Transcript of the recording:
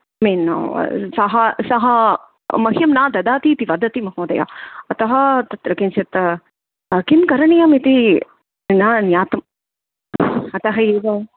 min सः सः मह्यं न ददाति इति वदति महोदय अतः तत्र किञ्चित् किं करणीयमिति न ज्ञातम् अतः एव